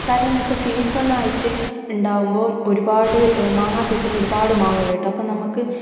കാരണം എന്ന് വച്ചാൽ സീസണായിട്ട് ഉണ്ടാവുമ്പോൾ ഒരു പാട് മാങ്ങ സീസണിൽ ഒരു പാട് മാങ്ങ കിട്ടും അപ്പം നമ്മൾക്ക്